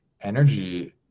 energy